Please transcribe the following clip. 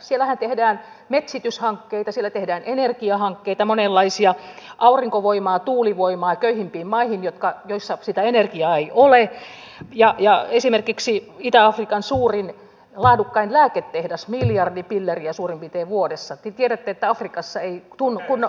siellähän tehdään metsityshankkeita siellä tehdään monenlaisia energiahankkeita aurinkovoimaa tuulivoimaa köyhimpiin maihin joissa sitä energiaa ei ole ja esimerkiksi itä afrikan suurin laadukkain lääketehdas miljardi pilleriä suurin piirtein vuodessa te tiedätte että afrikassa ei kunnon lääkkeitä saa